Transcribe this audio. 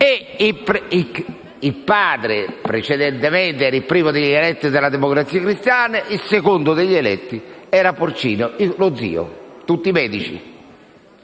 (il padre precedentemente era il primo degli eletti della Democrazia cristiana, mentre il secondo era Porcino, lo zio, tutti medici).